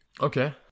Okay